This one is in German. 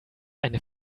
eine